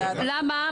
למה?